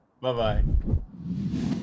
bye-bye